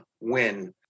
win